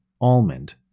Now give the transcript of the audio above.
almond